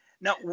now